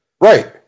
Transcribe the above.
Right